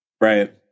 Right